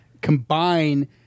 combine